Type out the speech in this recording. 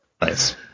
Nice